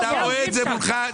אתה רואה את זה מולך.